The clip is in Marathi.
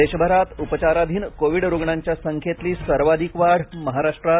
देशभरात उपचाराधीन कोविड रुग्णांच्या संख्येतली सर्वाधिक वाढ महाराष्ट्रात